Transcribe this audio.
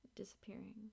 disappearing